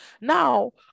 now